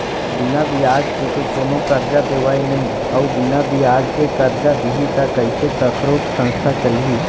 बिना बियाज के तो कोनो करजा देवय नइ अउ बिना बियाज के करजा दिही त कइसे कखरो संस्था चलही